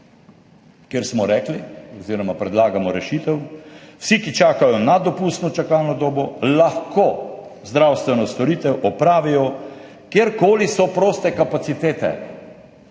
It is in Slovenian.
kjer smo rekli oziroma predlagamo rešitev: vsi, ki čakajo nad dopustno čakalno dobo, lahko zdravstveno storitev opravijo, kjerkoli so proste kapacitete.